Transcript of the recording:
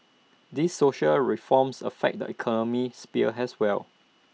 these social reforms affect the economic sphere as well